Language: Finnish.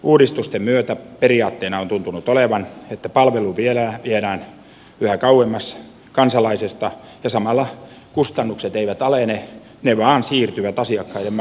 uudistusten myötä periaatteena on tuntunut olevan että palvelu viedään yhä kauemmas kansalaisesta ja samalla kustannukset eivät alene ne vain siirtyvät asiakkaiden maksettaviksi